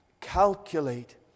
calculate